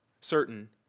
certain